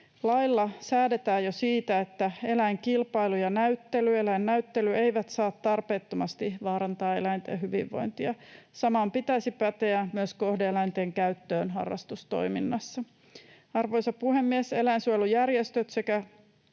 Lailla säädetään jo siitä, että eläinkilpailu ja eläinnäyttely eivät saa tarpeettomasti vaarantaa eläinten hyvinvointia. Saman pitäisi päteä myös kohde-eläinten käyttöön harrastustoiminnassa. Arvoisa puhemies! Eläinsuojelujärjestöt sekä